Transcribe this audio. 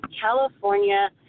California